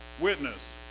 witness